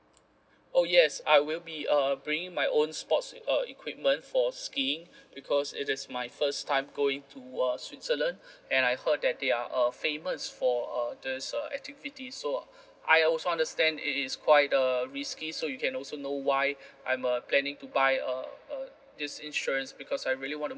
oh yes I will be err bringing my own sports uh equipment for skiing because it is my first time going to uh switzerland and I heard that they are err famous for err this uh activity so I also understand it is quite err risky so you can also know why I'm err planning to buy err err this insurance because I really want to